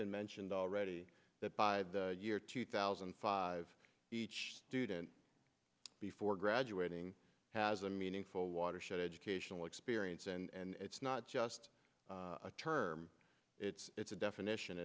been mentioned already that by the year two thousand and five each student before graduating has a meaningful watershed educational experience and it's not just a term it's it's a definition